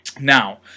Now